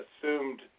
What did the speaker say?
assumed